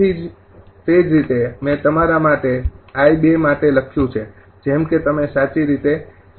તેથી તે જ રીતે મેં તમારા માટે I૨ માટે જે લખ્યું છે જેમ કે તમે સાચી રીતે સમજી શકો